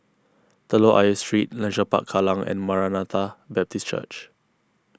Telok Ayer Street Leisure Park Kallang and Maranatha Baptist Church